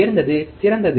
உயர்ந்தது சிறந்தது